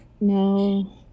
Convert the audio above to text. No